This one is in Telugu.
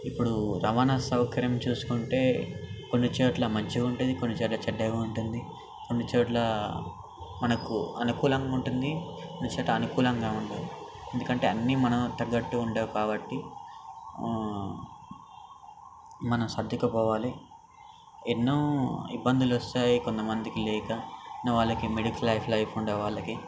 ఇప్పుడు రవాణా సౌకర్యం చూసుకుంటే కొన్నిచోట్ల మంచిగా ఉంటుంది కొన్నిచోట్ల చెడ్డగా ఉంటుంది కొన్నిచోట్ల మనకు అనుకూలంగా ఉంటుంది కొన్ని చోట్ల అనుకూలంగా ఉండదు ఎందుకంటే అన్నీ మనకు తగ్గట్టు ఉండదు కాబట్టి మన సర్దుకుపోవాలి ఎన్నో ఇబ్బందులు వస్తాయి కొంతమందికి లేక వాళ్ళకి మిడిల్ క్లాస్ లైఫ్ ఉండే వాళ్ళకి